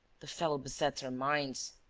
the fellow besets our minds.